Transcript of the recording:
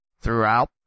throughout